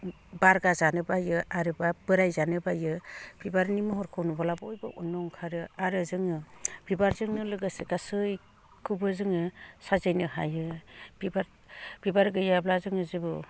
बारगाजानो बायो आरो बा बोराय जानो बायो बिबारनि महरखौ नुबोला बयबो अन्नो ओंखारो आरो जोङो बिबारजोंनो लोगोसे गासैखौबो जोङो साजायनो हायो बिबार गैयाब्ला जोङो जेबो